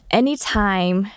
anytime